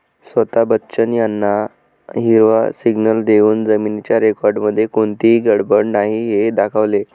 स्वता बच्चन यांना हिरवा सिग्नल देऊन जमिनीच्या रेकॉर्डमध्ये कोणतीही गडबड नाही हे दाखवले